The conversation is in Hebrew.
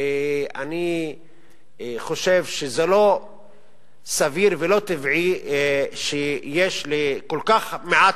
אני חושב שזה לא סביר ולא טבעי שלכל כך מעט